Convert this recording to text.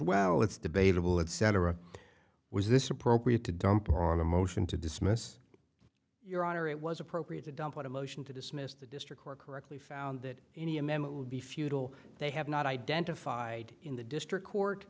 well it's debatable etc was this appropriate to dump on a motion to dismiss your honor it was appropriate to dump but a motion to dismiss the district court correctly found that any amendment would be futile they have not identified in the district court